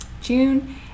June